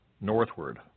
northward